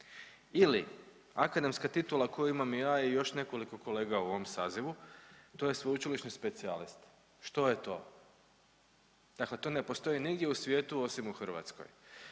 ili akademska titula koju imam i ja i još nekoliko kolega u ovom sazivu, to je sveučilišni specijalist, što je to? Dakle to ne postoji nigdje u svijetu osim u Hrvatskoj.